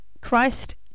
Christ